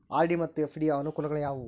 RD ಮತ್ತು FD ಯ ಅನುಕೂಲಗಳು ಯಾವವು?